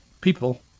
people